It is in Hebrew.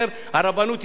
ונתנה את זה לרב אחר,